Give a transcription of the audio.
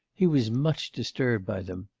he was much disturbed by them.